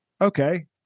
okay